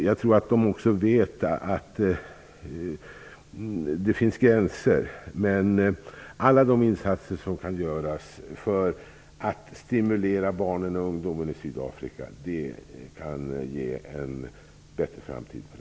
Jag tror att de vet att det finns gränser, men alla de insatser som kan göras för att stimulera barnen och ungdomarna i Sydafrika kan bidra till en bättre framtid för dem.